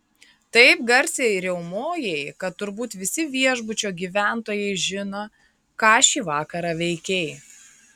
taip garsiai riaumojai kad turbūt visi viešbučio gyventojai žino ką šį vakarą veikei